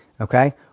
Okay